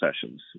sessions